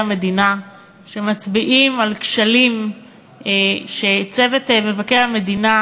המדינה שמצביעים על כשלים שצוות מבקר המדינה,